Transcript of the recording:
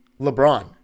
LeBron